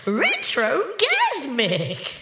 retrogasmic